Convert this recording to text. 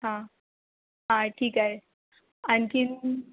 हं हा ठीक आहे आणखीन